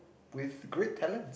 with great talents